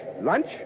Lunch